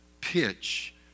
pitch